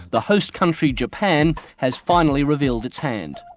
the host country, japan, has finally revealed its hand.